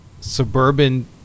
suburban